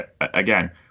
again